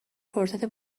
فرصت